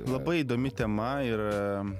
labai įdomi tema ir